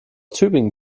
tübingen